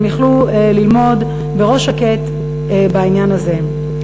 והם יכלו ללמוד בראש שקט בעניין הזה.